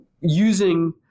using